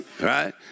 Right